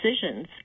decisions